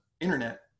internet